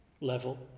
level